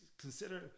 consider